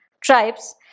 tribes